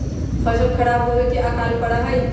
फसल खराब होवे से अकाल पडड़ा हई